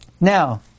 Now